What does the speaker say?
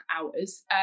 hours